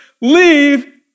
leave